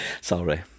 Sorry